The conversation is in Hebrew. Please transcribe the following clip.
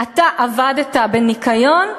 אתה עבדת בניקיון?